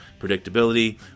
predictability